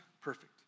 perfect